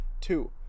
Two